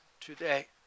today